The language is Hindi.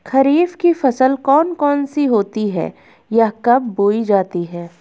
खरीफ की फसल कौन कौन सी होती हैं यह कब बोई जाती हैं?